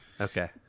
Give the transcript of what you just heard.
Okay